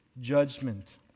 judgment